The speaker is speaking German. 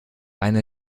eine